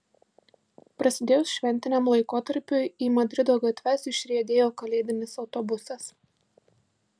prasidėjus šventiniam laikotarpiui į madrido gatves išriedėjo kalėdinis autobusas